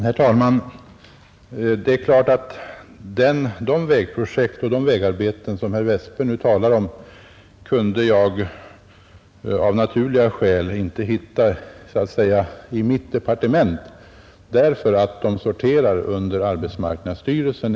Herr talman! De vägprojekt och vägarbeten som herr Westberg nu talar om kunde jag av naturliga skäl inte hitta i mitt departement, därför att de sorterar under arbetsmarknadstyrelsen.